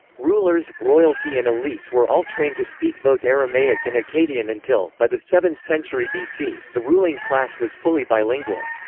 rulers, royalty and elites were all trained to speak both aramaic and akkadian until, by the seventh century bc, the ruling class was fully bilingual.